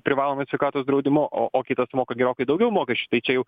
privalomuoju sveikatos draudimu o o kitas moka gerokai daugiau mokesčių tai čia jau